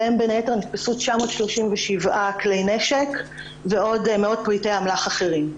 ביניהם בין היתר נתפסו 937 כלי נשק ועוד מאות פריטי אמל"ח אחרים.